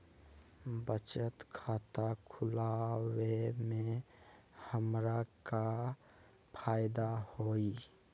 बचत खाता खुला वे में हमरा का फायदा हुई?